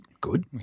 good